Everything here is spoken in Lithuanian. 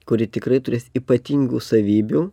kuri tikrai turės ypatingų savybių